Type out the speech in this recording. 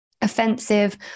offensive